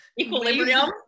equilibrium